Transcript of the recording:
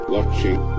Watching